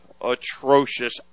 atrocious